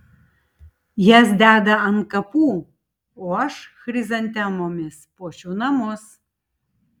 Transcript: jas deda ant kapų o aš chrizantemomis puošiu namus